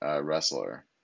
wrestler